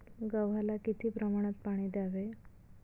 गव्हाला किती प्रमाणात पाणी द्यावे?